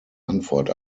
antwort